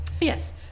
yes